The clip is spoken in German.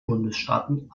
bundesstaaten